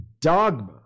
dogma